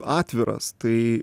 atviras tai